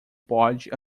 pode